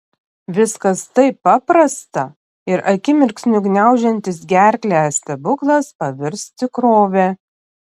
viskas taip paprasta ir akimirksniu gniaužiantis gerklę stebuklas pavirs tikrove